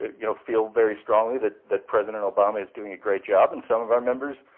you know, feel very strongly that that president obama is doing a great job, and some of our members,